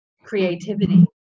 creativity